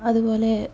അതുപോലെ